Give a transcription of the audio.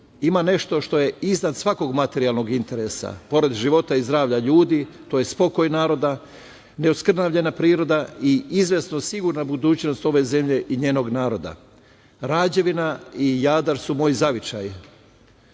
Ima nešto što je iznad svakog materijalnog interesa. Pored života i zdravlja ljudi, to je spokoj naroda, neoskrvnavljena priroda i izvesno sigurna budućnost ove zemlje i njenog naroda. Rađevina i Jadar su moj zavičaj.